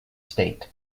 state